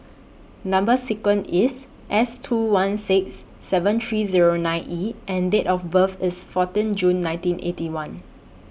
Number sequence IS S two one six seven three Zero nine E and Date of birth IS fourteen June nineteen Eighty One